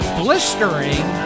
blistering